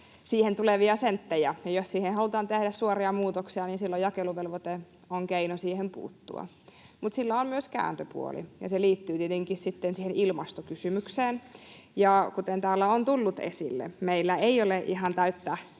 siihen tulevia senttejä. Ja jos siihen halutaan tehdä suoria muutoksia, niin silloin jakeluvelvoite on keino siihen puuttua. Mutta sillä on myös kääntöpuoli, ja se liittyy tietenkin sitten siihen ilmastokysymykseen. Kuten täällä on tullut esille, meillä ei ole ihan täyttä